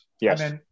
Yes